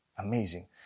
amazing